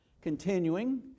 Continuing